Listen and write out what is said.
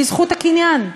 זכות הקניין.